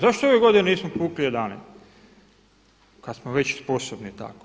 Zašto ove godine nismo povukli 11 kad smo već sposobni tako?